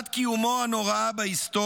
מלאו 80 שנה בדיוק להתפרצות משטרת ה"סדר"